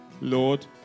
lord